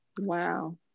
Wow